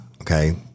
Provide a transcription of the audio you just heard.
okay